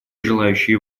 желающие